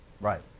Right